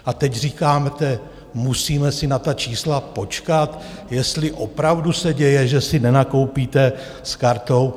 A teď říkáte, musíme si na ta čísla počkat, jestli opravdu se děje, že si nenakoupíte s kartou?